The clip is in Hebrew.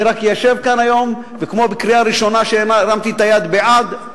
אני רק יושב כאן היום וכמו בקריאה הראשונה שהרמתי את היד בעד,